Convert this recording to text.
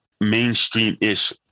mainstream-ish